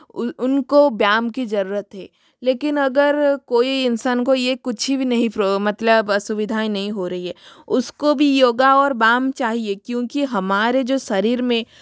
उनको व्यायाम की ज़रूरत है लेकिन अगर कोई इंसान को ये कुछ भी नहीं मतलब असुविधाएँ नहीं हो रही है उसको भी योग और व्यायाम चाहिए क्योंकि हमारा जो शरीर में